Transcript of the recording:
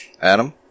Adam